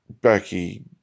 Becky